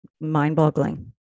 mind-boggling